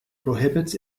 prohibits